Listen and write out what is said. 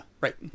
Right